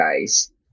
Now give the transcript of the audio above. guys